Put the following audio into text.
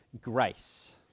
grace